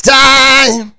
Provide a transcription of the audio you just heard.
time